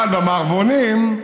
אבל במערבונים,